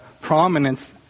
prominence